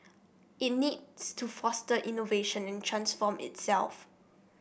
it needs to foster innovation and transform itself